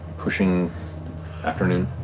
pushing afternoon.